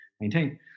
maintain